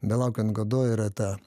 belaukiant godo yra ta